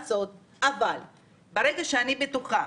ההצעה שעלתה כאן,